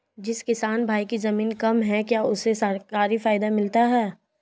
जिस किसान भाई के ज़मीन कम है क्या उसे सरकारी फायदा मिलता है?